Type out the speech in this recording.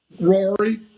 Rory